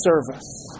service